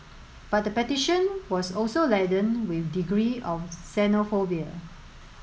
but the petition was also laden with a degree of xenophobia